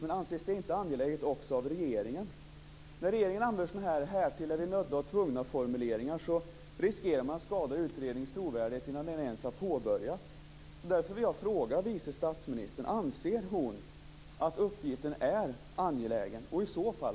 Men anses det inte angeläget också av regeringen? När regeringen använder sådana här härtill-är-vinödda-och-tvungna-formuleringar riskerar man att skada utredningens trovärdighet innan den ens har påbörjats. Därför vill jag fråga vice statsministern: Anser hon att uppgiften är angelägen? Och i så fall: